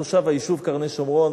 תושב היישוב קרני-שומרון,